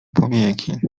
powieki